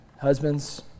husbands